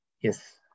Yes